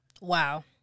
Wow